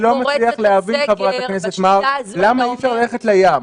--- אני לא מבין למה אי אפשר ללכת לים,